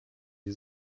die